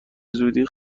زودی